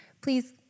please